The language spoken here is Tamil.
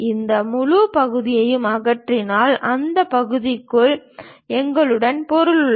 இந்த முழு பகுதியையும் அகற்றினால் அந்த பகுதிக்குள் எங்களிடம் பொருள் உள்ளது